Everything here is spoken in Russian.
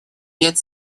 лет